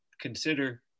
consider